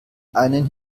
einen